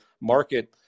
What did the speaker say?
market